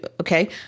okay